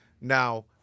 Now